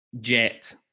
Jet